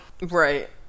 Right